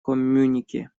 коммюнике